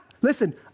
listen